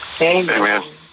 Amen